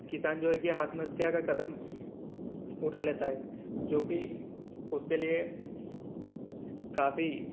किसान जो है कि आत्महत्या का कदम उठा लेता है जो कि उसके लिए काफ़ी